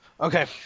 Okay